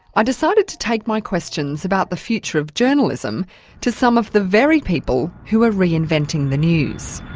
i decided to take my questions about the future of journalism to some of the very people who are reinventing the news.